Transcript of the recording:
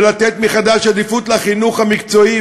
ולתת מחדש עדיפות לחינוך המקצועי.